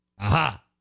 aha